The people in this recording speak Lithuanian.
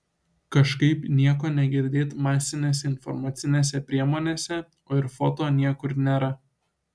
kažkaip nieko negirdėt masinėse informacinėse priemonėse o ir foto niekur nėra